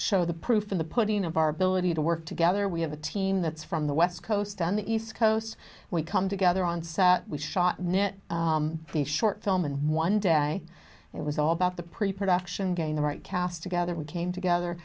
show the proof in the putting of our ability to work together we have a team that's from the west coast on the east coast we come together on sat we shot net the short film and one day it was all about the pre production game the right cast together we came together